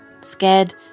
Scared